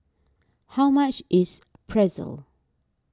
how much is Pretzel